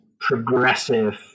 progressive